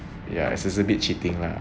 ya it is a bit cheating lah